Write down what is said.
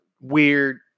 weird